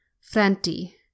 Franti